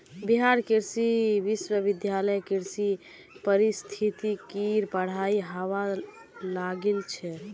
बिहार कृषि विश्वविद्यालयत कृषि पारिस्थितिकीर पढ़ाई हबा लागिल छ